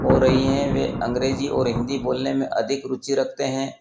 हो रही है वे अंग्रेजी और हिन्दी बोलने में अधिक रुचि रखते हैं